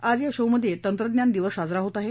आज या शोमधे तंत्रज्ञान दिवस साजरा होत आहे